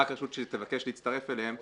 רק רשות שהיא תבקש להצטרף אליהם,